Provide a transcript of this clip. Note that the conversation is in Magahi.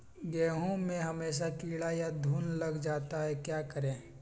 गेंहू में हमेसा कीड़ा या घुन लग जाता है क्या करें?